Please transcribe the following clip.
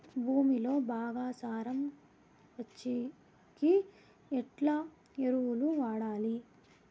భూమిలో బాగా సారం వచ్చేకి ఎట్లా ఎరువులు వాడాలి?